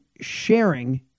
sharing